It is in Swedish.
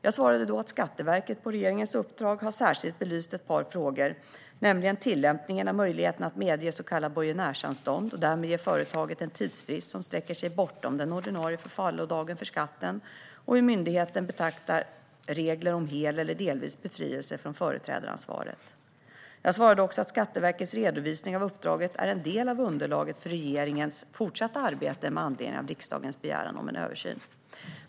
Jag svarade då att Skatteverket på regeringens uppdrag särskilt har belyst ett par frågor. Det rör sig om tillämpningen av möjligheten att medge så kallat borgenärsanstånd och därmed ge företaget en tidsfrist som sträcker sig bortom den ordinarie förfallodagen för skatten samt om hur myndigheten beaktar reglerna om hel eller delvis befrielse från företrädaransvaret. Jag svarade också att Skatteverkets redovisning av uppdraget är en del av underlaget för regeringens fortsatta arbete med anledning av riksdagens begäran om en översyn.